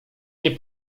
nie